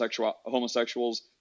homosexuals